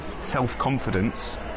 self-confidence